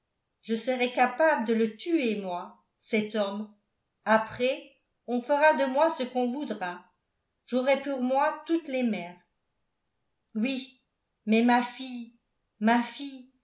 je serai capable de le tuer moi cet homme après on fera de moi ce qu'on voudra j'aurai pour moi toutes les mères oui mais ma fille ma fille